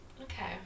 okay